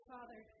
Father